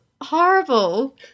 horrible